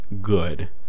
good